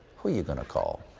who you gonna call?